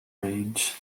reads